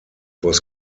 was